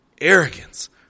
arrogance